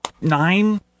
nine